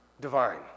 divine